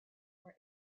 were